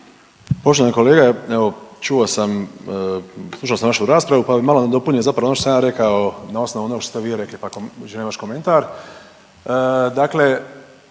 Poštovani kolega evo čuo sam, slušao sam vašu raspravu, pa bi malo nadopunio zapravo ono što sam ja rekao na osnovu onog što ste vi rekli, pa želim vaš komentar. Dakle